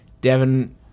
Devin